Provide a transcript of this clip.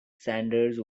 sanders